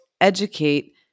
educate